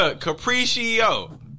Capriccio